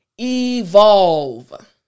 evolve